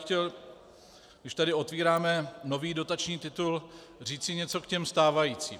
Chtěl bych, když tady otvíráme nový dotační titul, říci něco k těm stávajícím.